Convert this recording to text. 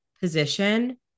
position